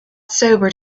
sobered